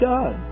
God